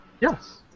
Yes